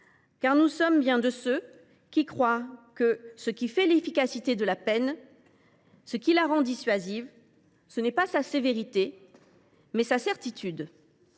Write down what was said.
car nous sommes bien de ceux qui pensent que ce qui fait l’efficacité de la peine, ce qui la rend dissuasive, ce n’est pas sa sévérité, mais sa certitude.